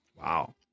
Wow